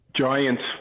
giants